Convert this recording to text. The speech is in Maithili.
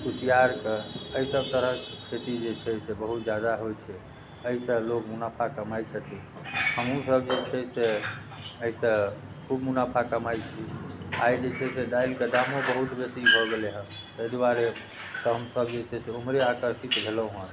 कुसिआरके एहिसब तरहके खेती जे छै से बहुत ज्यादा होइ छै एहिसँ लोक मुनाफा कमाइ छथिन हमहूँ सब जे छै से एहिसँ खूब मुनाफा कमाइ छी आइ जे छै से दालिके दामो बहुत बेसी भऽ गेलै हेँ एहि दुआरे हमसब जे छै से ओम्हरे आकर्षित भेलहुँ हेँ